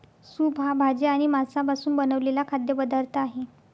soup हा भाज्या आणि मांसापासून बनवलेला खाद्य पदार्थ आहे